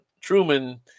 Truman